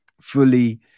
fully